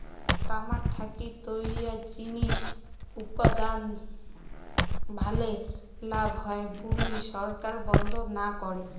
তামাক থাকি তৈয়ার জিনিস উৎপাদনত ভালে লাভ হয় বুলি সরকার বন্ধ না করে